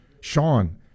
Sean